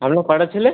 আপনার কটা ছেলে